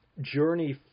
journey